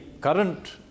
current